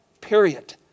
Period